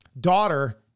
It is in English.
daughter